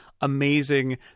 amazing